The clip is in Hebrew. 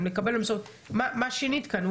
מה שינית כאן?